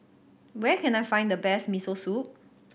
where can I find the best Miso Soup